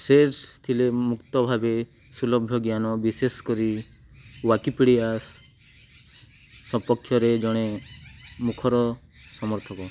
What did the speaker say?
Ceres ଥିଲେ ମୁକ୍ତ ଭାବେ ସୁଲଭ୍ୟ ଜ୍ଞାନ ବିଶେଷ କରି ୱିକିପିଡ଼ିଆ ସପକ୍ଷରେ ଜଣେ ମୁଖର ସମର୍ଥକ